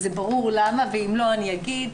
זה ברור למה ואם לא אני אגיד,